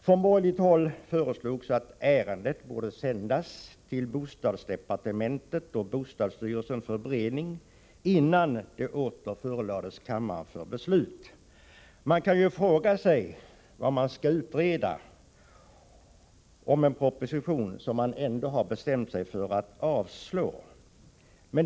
Från borgerligt håll föreslogs att ärendet borde sändas till bostadsdepartementet och bostadsstyrelsen för beredning innan det åter förelades kammaren för beslut — man kan fråga sig vad som skulle utredas beträffande en proposition som man ändå har bestämt sig för att avslå.